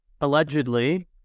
allegedly